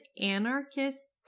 anarchist